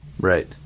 Right